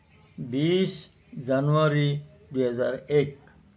বিছ জানুৱাৰী দুহেজাৰ এক